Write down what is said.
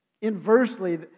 inversely